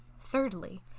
Thirdly